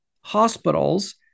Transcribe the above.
hospitals